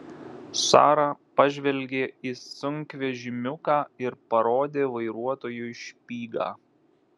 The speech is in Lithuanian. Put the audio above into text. sara pažvelgė į sunkvežimiuką ir parodė vairuotojui špygą